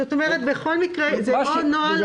זאת אומרת, בכל מקרה זה או נוהל או נוהל מומלץ.